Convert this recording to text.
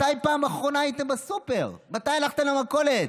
מתי בפעם אחרונה הייתם בסופר, מתי הלכתם למכולת?